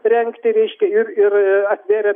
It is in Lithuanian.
rengti reiškia ir ir atvėrė